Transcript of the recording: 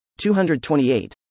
228